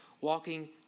walking